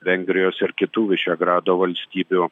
vengrijos ir kitų višegrado valstybių